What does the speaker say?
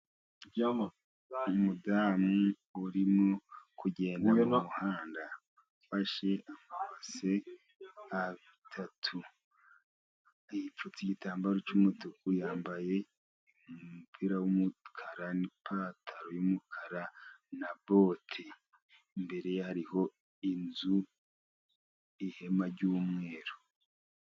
Umudamu urimo kugenda mumuhanda ufashe amabase atatu, yipfutse igitambaro cy'umutuku, nyambaye umupira w'umukara n'ipantaro y'umukara na bote. Imbere hariho inzu ihema ry'umweru.